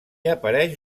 apareix